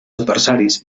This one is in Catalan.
adversaris